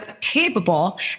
capable